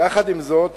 יחד עם זאת,